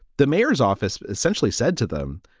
the mayor's office essentially said to them,